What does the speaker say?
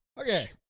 Okay